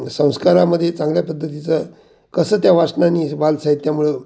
संस्कारामध्ये चांगल्या पद्धतीचं कसं त्या वाचनाने बालसाहित्यामुळं